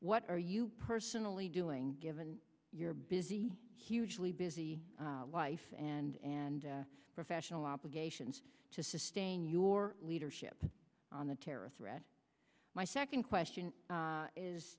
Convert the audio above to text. what are you personally doing given your busy hugely busy life and and professional obligations to sustain your leadership on the terror threat my second question